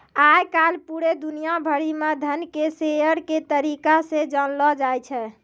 आय काल पूरे दुनिया भरि म धन के शेयर के तरीका से जानलौ जाय छै